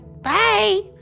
Bye